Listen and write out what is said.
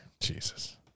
Jesus